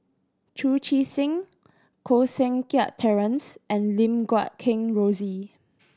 Chu Chee Seng Koh Seng Kiat Terence and Lim Guat Kheng Rosie